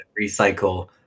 recycle